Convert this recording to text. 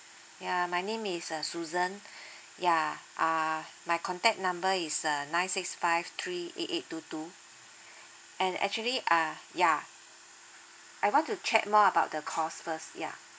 ya my name is uh susan yeah uh my contact number is uh nine six five three eight eight two two and actually uh yeah I want to check more about the cost first yeah